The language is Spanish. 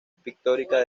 pictórica